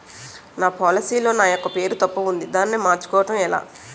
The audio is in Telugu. నా పోలసీ లో నా యెక్క పేరు తప్పు ఉంది దానిని మార్చు కోవటం ఎలా?